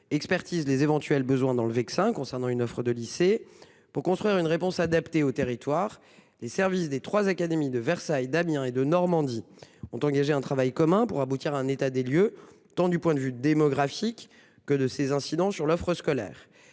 expertisent les éventuels besoins de lycée dans le Vexin. Pour construire une réponse adaptée au territoire, les services des trois académies de Versailles, d'Amiens et de Normandie ont engagé un travail commun pour aboutir à un état des lieux tant du point de vue démographique que de ses incidences sur l'offre scolaire.